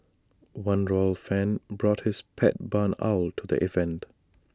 one royal fan brought his pet barn owl to the event